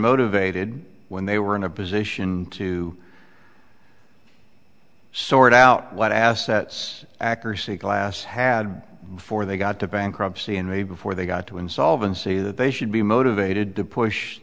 motivated when they were in a position to sort out what assets accuracy glass had before they got to bankruptcy and way before they got to insolvency that they should be motivated to push